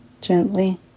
gently